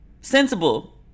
sensible